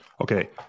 Okay